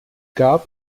gab